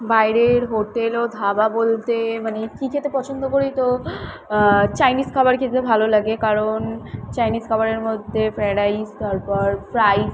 বাইরের হোটেল ও ধাবা বলতে মানে কী খেতে পছন্দ করি তো চাইনিস খাবার খেতে ভালো লাগে কারণ চাইনিস খাবারের মধ্যে ফ্রায়েড রাইস তারপর ফ্রাই